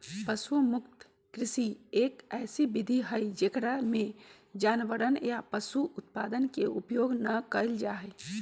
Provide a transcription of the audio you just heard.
पशु मुक्त कृषि, एक ऐसी विधि हई जेकरा में जानवरवन या पशु उत्पादन के उपयोग ना कइल जाहई